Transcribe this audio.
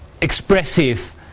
expressive